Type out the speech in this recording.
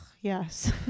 yes